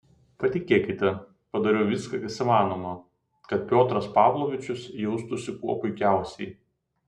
patikėkite padariau viską kas įmanoma kad piotras pavlovičius jaustųsi kuo puikiausiai